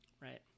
right